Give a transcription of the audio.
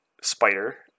Spider